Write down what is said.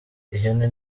ihene